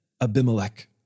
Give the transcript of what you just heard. Abimelech